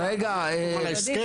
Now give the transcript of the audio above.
אני חתום על ההסכם.